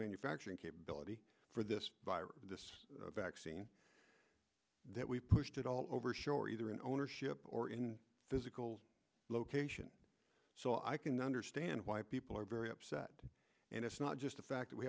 manufacturing capability for this vaccine that we pushed it all over shore either in ownership or in physical location so i can understand why people are very upset and it's not just the fact that we